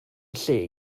lle